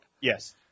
Yes